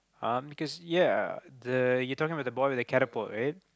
um because ya the you talking about the boy with the catapult right